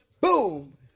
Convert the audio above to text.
Boom